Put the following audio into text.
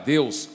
Deus